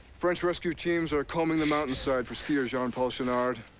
french rescue teams are combing the mouninside for skier jean-paul chounard